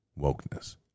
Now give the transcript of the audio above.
wokeness